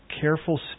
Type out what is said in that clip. careful